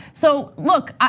so look,